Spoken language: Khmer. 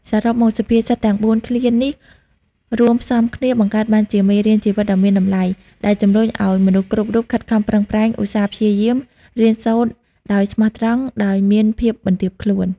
សរុបមក សុភាសិតទាំងបួនឃ្លានេះរួមផ្សំគ្នា បង្កើតបានជាមេរៀនជីវិតដ៏មានតម្លៃ ដែលជំរុញឱ្យមនុស្សគ្រប់រូបខិតខំប្រឹងប្រែង ឧស្សាហ៍ព្យាយាម រៀនសូត្រដោយស្មោះត្រង់ ដោយមានភាពបន្ទាបខ្លួន។